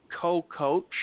co-coach